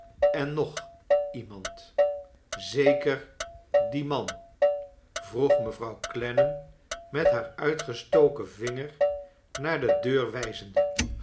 en nog iemand zeker dien man vroeg mevrouw clennam met haar uitgestoken vinger naar de deur wijzende